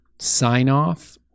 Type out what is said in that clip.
sign-off